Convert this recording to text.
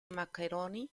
maccheroni